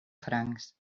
francs